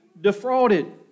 defrauded